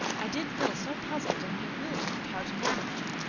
i did feel so puzzled and bewildered how to manage you.